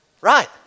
right